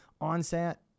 onset